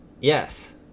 yes